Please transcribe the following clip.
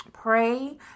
Pray